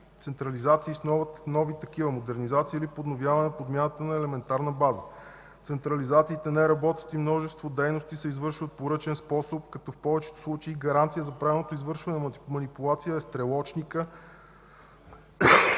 централизации с нови такива – модернизация или подновяване на подмяната на елементарна база. Централизациите не работят и множество дейности се извършват по ръчен способ, като повечето случаи гаранция за правилното извършване на манипулация е стрелочникът